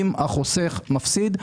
אם החוסך מפסיד,